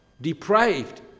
Depraved